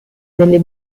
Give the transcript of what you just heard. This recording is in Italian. delle